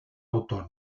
autònom